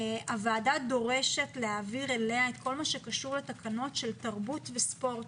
הוועדה דורשת להעביר אליה את כל מה שקשור לתקנות של תרבות וספורט.